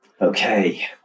Okay